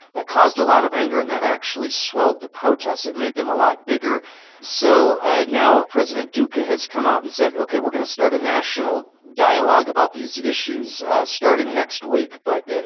that caused a lot of anger, and that actually swelled the protests. it made them a lot bigger so ah now president duque has come out and said, ok, we're going to start a national dialogue about these issues starting next week. but,